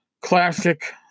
classic